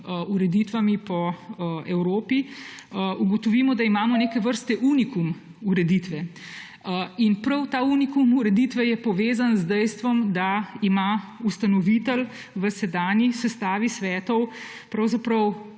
ureditvami po Evropi, ugotovimo, da imamo neke vrste unikum ureditve. In prav ta unikum ureditve je povezan z dejstvom, da ima ustanovitelj v sedanji sestavi svetov pravzaprav